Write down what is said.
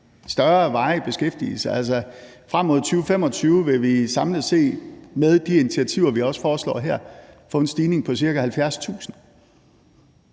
større varig beskæftigelse. Frem mod 2025 vil vi samlet set med de initiativer, vi også foreslår her, få en stigning på ca. 70.000.